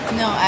no